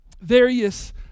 various